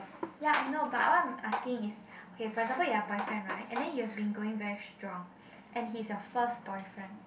ya I know but what I'm asking is okay for example your boyfriend right and then you have been going very strong and he's your first boyfriend